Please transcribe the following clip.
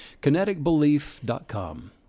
kineticbelief.com